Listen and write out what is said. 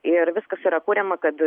ir viskas yra kuriama kad